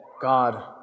God